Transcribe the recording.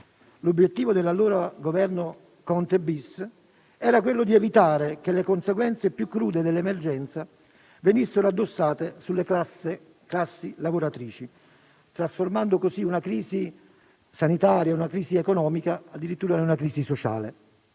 L'obiettivo dell'allora Governo Conte-*bis* era quello di evitare che le conseguenze più crude dell'emergenza venissero addossate sulle classi lavoratrici, trasformando così una crisi sanitaria e una crisi economica addirittura in una crisi sociale.